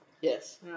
Yes